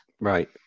Right